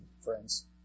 friends